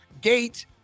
Gate